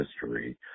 history